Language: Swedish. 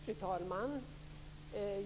Fru talman!